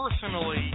personally